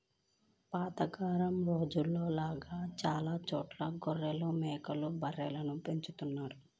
పాత రోజుల్లో లాగా చానా చోట్ల గొర్రెలు, మేకలు, బర్రెల్ని పెంచుతున్నారు